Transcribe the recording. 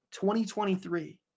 2023